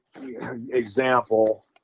example